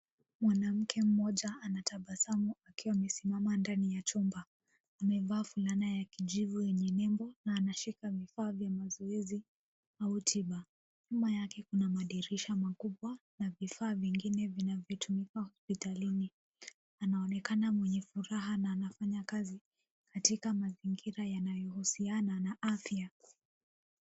Mwanamke mmoja anatabasamu akiwa amesimama ndani ya chumba. Amevaa fulana ya kijivu yenye nembo na anashika vifaa vya mazoezi au tiba. Nyuma yake kuna madirisha makubwa na vifaa vingine vinavyotumika hospitalini. Anaonekana mwenye furaha na anafanya kazi katika mazingira yanayohusiana na afya.